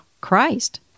christ